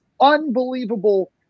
unbelievable